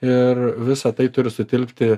ir visa tai turi sutilpti